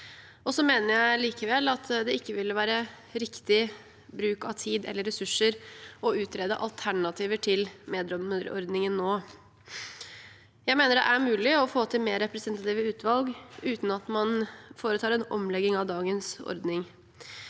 Jeg mener likevel at det ikke ville være riktig bruk av tid eller ressurser å utrede alternativer til meddommerordningen nå. Jeg mener det er mulig å få til mer representative utvalg uten at man foretar en omlegging av dagens ordning.